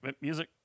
Music